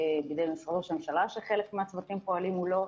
בידי משרד ראש הממשלה שחלק מהצוותים פועלים מולו,